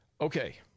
Okay